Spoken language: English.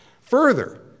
Further